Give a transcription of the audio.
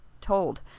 told